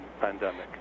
pandemic